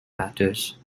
matters